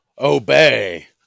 Obey